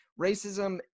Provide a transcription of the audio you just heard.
Racism